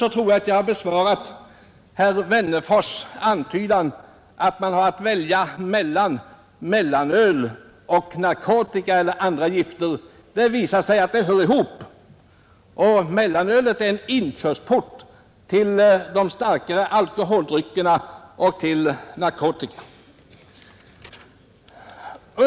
Därmed tror jag att jag har besvarat herr Wennerfors” antydan att man har att välja mellan å ena sidan mellanöl och å andra sidan narkotika eller andra gifter. Det visar sig alltså att dessa saker hör ihop; mellanölet är en inkörsport till de starkare alkoholdryckerna och till narkotika.